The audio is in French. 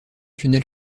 tunnel